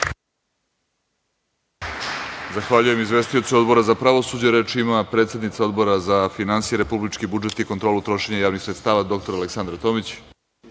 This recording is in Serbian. Zahvaljujem izvestiocu Odbora za pravosuđe. Reč ima predsednica Odbora za finansije, republički budžet i kontrolu trošenja javnih sredstava, dr Aleksandra Tomić.